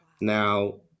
Now